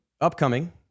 upcoming